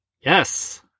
Yes